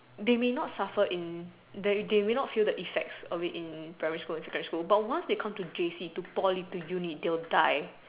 they may not suffer in they may not feel the effects of it in primary school and secondary school but once they come to Poly to J_C to uni they will die